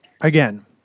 again